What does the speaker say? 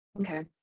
Okay